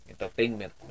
entertainment